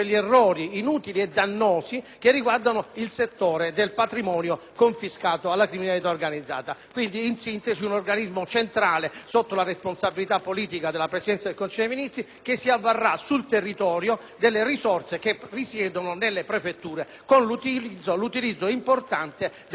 criminalità organizzata. Quindi, in sintesi, un organismo centrale sotto la responsabilità politica della Presidenza del Consiglio dei ministri, che si avvarrà sul territorio delle risorse che fanno capo alle prefetture, con l'utilizzo importante della base informatica che già esiste e che va posta al servizio di tale organismo.